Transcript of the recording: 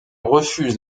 refuse